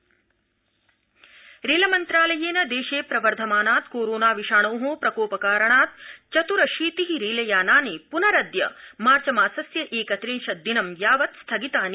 रेलयान स्थगनम् रेलमन्त्रालयेन देशे प्रवर्धमानात् कोरोना विषाणो प्रकोपकारणात् चतुरशीति रेलयानानि पुनरद्य मार्च मासस्य एकत्रिशं दिनं यावत् स्थगितानि